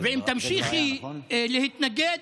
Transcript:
ואם תמשיכי להתנגד,